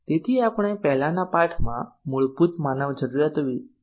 તેથી આપણે પહેલાના પાઠમાં મૂળભૂત માનવ જરૂરિયાતો વિશે વાત કરી છે